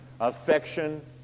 Affection